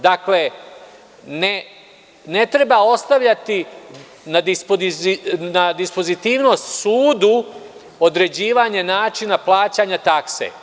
Dakle, ne treba ostavljati na dispozitivnost sudu određivanje načina plaćanja takse.